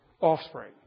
offspring